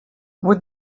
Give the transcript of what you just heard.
would